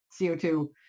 co2